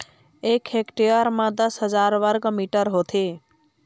एक हेक्टेयर म दस हजार वर्ग मीटर होथे